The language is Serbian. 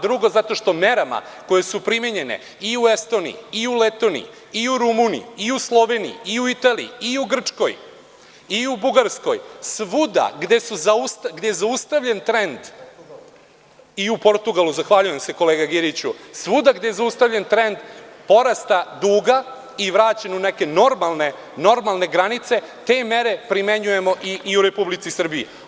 Drugo, zato što mere koje su primenjene i u Estoniji i u Letoniji i u Rumuniji i u Sloveniji i u Italiji i u Grčkoj i u Bugarskoj, svuda gde je zaustavljen trend, i u Portugalu, zahvaljujem se kolega Giriću, svuda gde je zaustavljen trend porasta duga i vraćen u neke normalne granice, te mere primenjujemo i u Republici Srbiji.